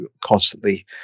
constantly